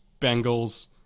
Bengals